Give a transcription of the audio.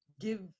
give